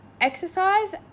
Exercise